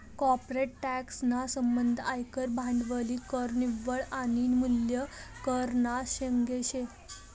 corporate tax ना संबंध आयकर, भांडवली कर, निव्वळ आनी मूल्य कर ना संगे शे